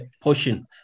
portion